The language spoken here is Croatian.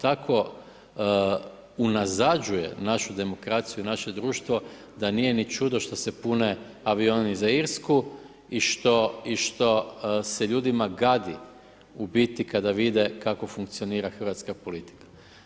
Tako unazađuje našu demokraciju, naše društvo da nije ni čudo što se pune avioni za Irsku i što se ljudima gadi u biti kada vide kako funkcionira hrvatska politika.